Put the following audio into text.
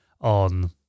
on